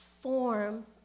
form